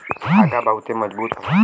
धागा बहुते मजबूत होला